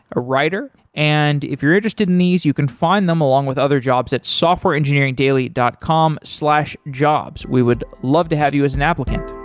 a writer, and if you're interested in these, you can find them along with other jobs at softwareengineeringdaily dot com slash jobs. we would love to have you as an applicant.